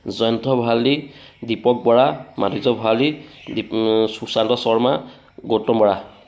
Jayanta Bharali Dipak Bora Madhurya Bharali Dweep Sushanta Sharma Gautam Bora